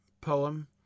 poem